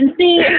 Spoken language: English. see